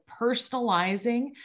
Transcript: personalizing